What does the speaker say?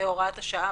הוראת השעה.